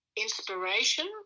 inspiration